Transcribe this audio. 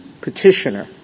petitioner